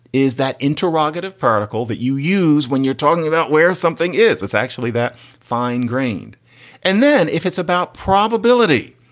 is that interrogative particle that you use when you're talking about where something is? it's actually that fine grained and then if it's about probability.